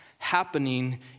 happening